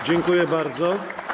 Dziękuję bardzo.